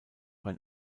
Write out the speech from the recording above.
ein